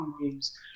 rooms